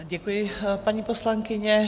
Děkuji, paní poslankyně.